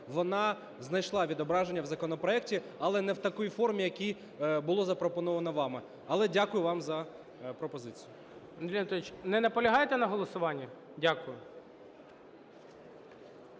вона знайшла відображення в законопроекті, але не в такій формі, в якій було запропоновано вами. Але дякую вам за пропозицію. ГОЛОВУЮЧИЙ. Андрій Анатолійович, не наполягаєте на голосуванні? Дякую.